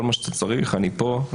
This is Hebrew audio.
כל מה שאתה צריך, אני פה.